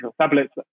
tablets